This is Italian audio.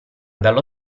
dallo